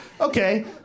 Okay